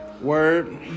Word